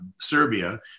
Serbia